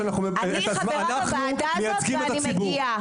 אנחנו מייצגים את הציבור --- אני חברת הוועדה הזאת ואני מגיעה.